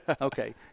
Okay